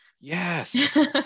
yes